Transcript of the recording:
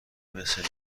مثل